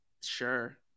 Sure